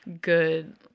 good